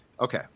okay